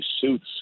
suits